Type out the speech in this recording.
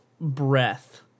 breath